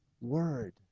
word